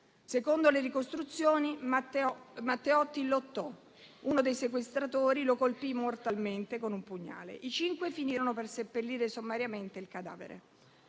Secondo le ricostruzioni, Matteotti lottò e uno dei sequestratori lo colpì mortalmente con un pugnale. I cinque finirono per seppellire sommariamente il cadavere.